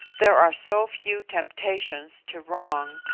there are so few temptations to wrong,